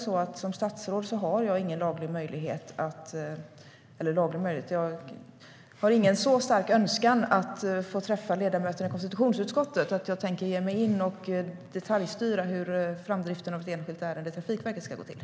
Som statsråd har jag inte en så stark önskan att få träffa ledamöterna i konstitutionsutskottet att jag tänker ge mig in och detaljstyra hur framdriften av ett enskilt ärende vid Trafikverket ska gå till.